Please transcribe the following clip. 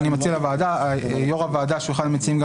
ואני מציע ליושב-ראש הוועדה שהוא אחד המציעים,